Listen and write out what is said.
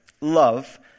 love